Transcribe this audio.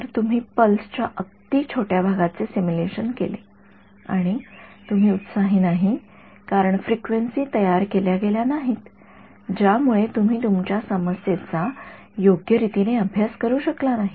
तर तुम्ही पल्सच्या अगदी छोट्या भागाचे सिम्युलेशनकेले आणि तुम्ही उत्साही नाही कारण त्या फ्रिक्वेन्सी तयार केल्या गेल्या नाहीत ज्यामुळे तुम्ही तुमच्या समस्येचा योग्य रीतीने अभ्यास करू शकला नाही